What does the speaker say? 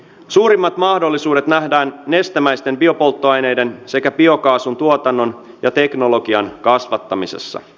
suurimmat mahdollisuudet nähdään nestemäisten biopolttoaineiden sekä biokaasun tuotannon ja teknologian kasvattamisessa